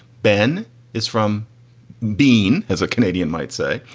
ben is from biehn as a canadian might say,